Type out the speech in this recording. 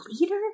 leader